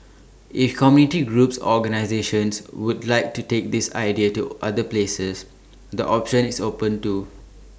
if community groups or organisations would like to take this idea to other places the option is open too